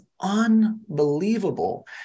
unbelievable